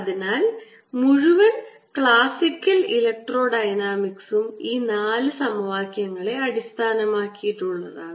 അതിനാൽ മുഴുവൻ ക്ലാസിക്കൽ ഇലക്ട്രോഡൈനാമിക്സും ഈ നാല് സമവാക്യങ്ങളെ അടിസ്ഥാനമാക്കിയുള്ളതാണ്